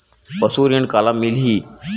पशु ऋण काला मिलही?